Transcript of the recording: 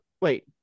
Wait